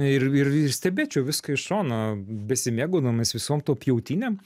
ir ir ir stebėčiau viską iš šono besimėgaudamas visom tom pjautynėm